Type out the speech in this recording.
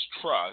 trust